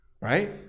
Right